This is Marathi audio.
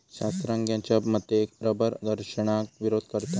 शास्त्रज्ञांच्या मते रबर घर्षणाक विरोध करता